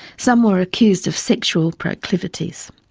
some were accused of sexual proclivities.